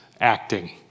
acting